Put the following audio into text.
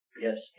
Yes